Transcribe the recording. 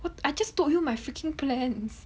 what I just told you my freaking plans